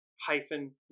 hyphen